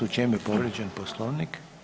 U čemu je povrijeđen Poslovnik?